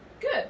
good